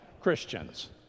Christians